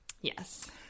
Yes